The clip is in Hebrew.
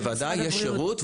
בוודאי יש שירות.